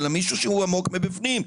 אלא מישהו שהוא עמוק מבפנים,